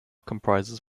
comprises